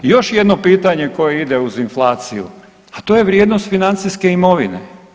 Još jedno pitanje koje ide uz inflaciju, a to je vrijednost financijske imovine.